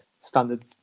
Standard